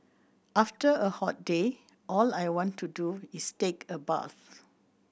after a hot day all I want to do is take a bath